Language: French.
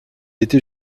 était